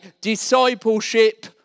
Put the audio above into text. discipleship